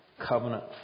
covenant